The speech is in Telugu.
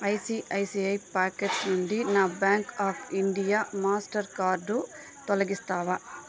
ఐసిఐసిఐ పాకెట్స్ నుండి నా bank of India Mastercard తొలగిస్తావా